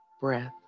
breath